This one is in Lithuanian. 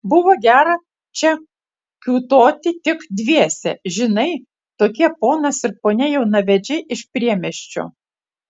buvo gera čia kiūtoti tik dviese žinai tokie ponas ir ponia jaunavedžiai iš priemiesčio